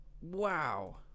Wow